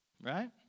Right